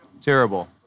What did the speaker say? Terrible